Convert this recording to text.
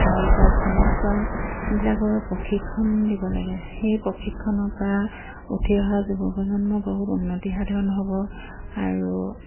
হাই jump এনেকুৱাবিলাকৰ প্ৰশিক্ষণ দিব লাগে সেই প্ৰশিক্ষণৰপৰা উঠি অহা যুৱ প্ৰজন্মৰ বহুত উন্নতি সাধন হ'ব আৰু